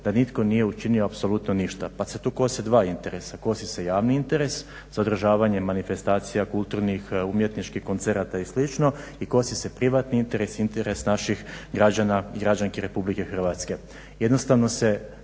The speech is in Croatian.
da nitko nije učinio apsolutno ništa pa se tu kose dva interesa. Kosi se javni interes za održavanje manifestacija kulturnih, umjetničkih koncerata i slično i kosi se privatni interes, interes naših građana i građanki Republike Hrvatske.